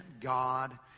God